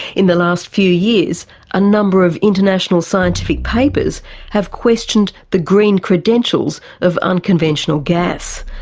in the last few years a number of international scientific papers have questioned the green credentials of unconventional gas,